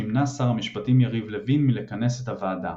נמנע שר המשפטים יריב לוין מלכנס את הוועדה..